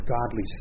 godly